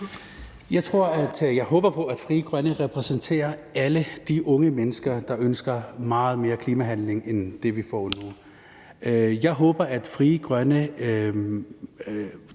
Jeg håber på, at Frie Grønne repræsenterer alle de unge mennesker, der ønsker meget mere klimahandling end det, vi får nu. Jeg håber, at Frie Grønne